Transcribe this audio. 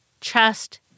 chest